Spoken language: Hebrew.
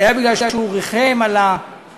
זה היה כי הוא ריחם על הטלה,